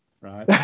right